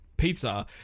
Pizza